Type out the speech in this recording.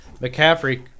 McCaffrey